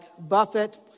Buffett